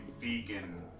vegan